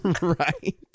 right